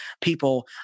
People